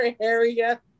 area